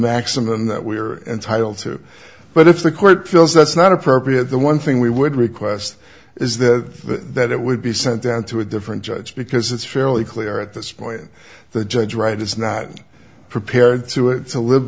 maximum that we are entitled to but if the court feels that's not appropriate the one thing we would request is that the that it would be sent down to a different judge because it's fairly clear at this point the judge right is not prepared to it to live